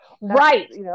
Right